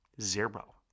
Zero